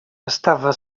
estava